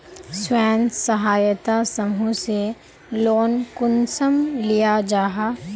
स्वयं सहायता समूह से लोन कुंसम लिया जाहा?